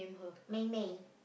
Mei-Mei